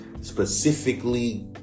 specifically